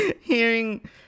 Hearing